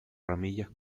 ramillas